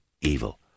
evil